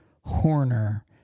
Horner